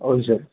అవును సార్